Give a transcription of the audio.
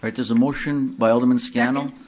but there's a motion by alderman scannell.